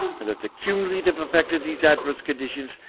and that the cumulative effect of these adverse conditions,